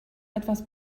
etwas